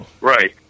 Right